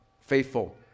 faithful